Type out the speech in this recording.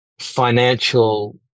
financial